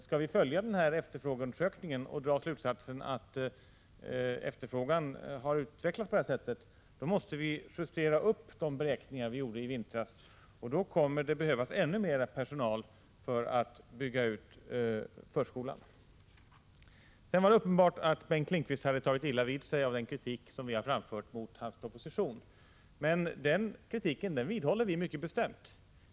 Skall vi följa efterfrågeundersökningen och dra slutsatsen att efterfrågan har utvecklats på detta sätt, måste vi justera upp de beräkningar vi gjorde i vintras. Då kommer det att behövas ännu mer personal för att förskolan skall kunna byggas ut. Det var uppenbart att Bengt Lindqvist hade tagit illa vid sig av den kritik som vi har framfört mot hans proposition. Men den kritiken vidhåller vi mycket bestämt.